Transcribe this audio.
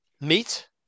meat